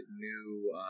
new